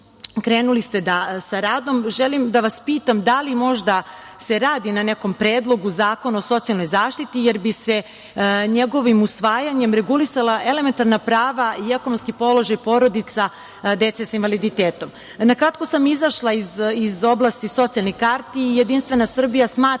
krenuli ste sa radom, želim da vas pitam da li se možda radi na nekom predlogu zakona o socijalnoj zaštiti, jer bi se njegovim usvajanjem regulisala elementarna prava i ekonomski položaj porodica dece sa invaliditetom? Na kratko sam izašla iz oblasti socijalnih karti. Jedinstvena Srbija smatra